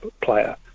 player